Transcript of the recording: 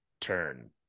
turn